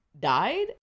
died